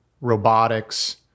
robotics